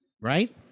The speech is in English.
Right